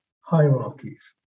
hierarchies